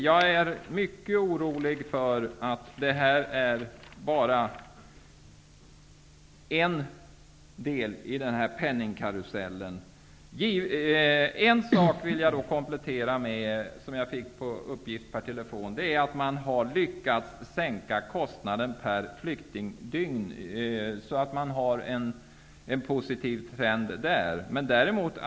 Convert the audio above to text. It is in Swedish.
Jag är mycket orolig för att detta bara är en del i penningkarusellen. Jag vill komplettera med en sak som jag fick uppgift om per telefon, att man har lyckats sänka kostnaden per flyktingdygn. Så där är det en positiv trend.